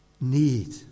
need